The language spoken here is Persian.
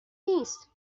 نیست